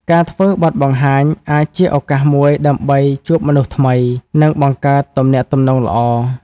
ការធ្វើបទបង្ហាញអាចជាឱកាសមួយដើម្បីជួបមនុស្សថ្មី និងបង្កើតទំនាក់ទំនងល្អ។